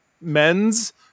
men's